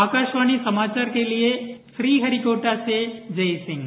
आकाशवाणी समाचार के लिए श्रीहरिकोटा से जयसिंह